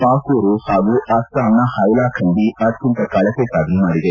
ಪಾಕೂರು ಹಾಗೂ ಅಸ್ಲಾಂನ ಹೈಲಾಖಂಡಿ ಅತ್ತಂತ ಕಳಪೆ ಸಾಧನೆ ಮಾಡಿದೆ